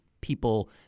people